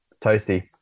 toasty